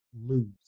lose